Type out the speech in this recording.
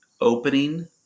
opening